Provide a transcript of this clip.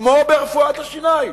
כמו ברפואת השיניים,